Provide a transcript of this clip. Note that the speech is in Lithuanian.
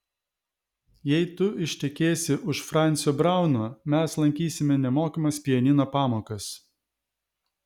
jei tu ištekėsi už francio brauno mes lankysime nemokamas pianino pamokas